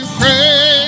pray